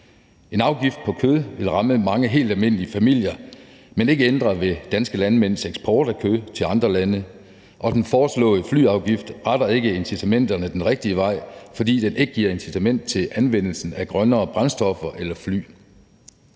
En afgift på kød vil ramme mange helt almindelige familier, men ikke ændre de danske landmænds eksport af kød til andre lande, og den foreslåede flyafgift retter ikke incitamenterne den rigtige vej, fordi den ikke giver incitament til anvendelse af grønne brændstoffer eller